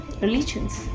Religions